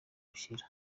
gushyira